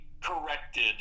corrected